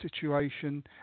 situation